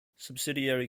subsidiary